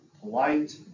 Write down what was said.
polite